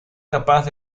capaz